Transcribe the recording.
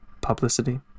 publicity